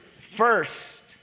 First